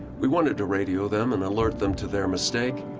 we wanted to radio them and alert them to their mistake,